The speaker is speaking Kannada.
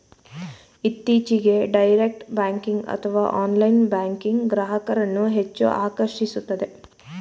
ಇತ್ತೀಚೆಗೆ ಡೈರೆಕ್ಟ್ ಬ್ಯಾಂಕಿಂಗ್ ಅಥವಾ ಆನ್ಲೈನ್ ಬ್ಯಾಂಕಿಂಗ್ ಗ್ರಾಹಕರನ್ನು ಹೆಚ್ಚು ಆಕರ್ಷಿಸುತ್ತಿದೆ